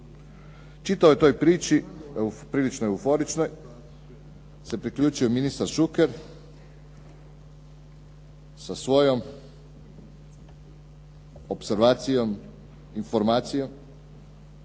Čitavoj toj priči, prilično euforičnoj se priključio ministar Šuker sa svojom opservacijom, informacijom